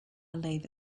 believe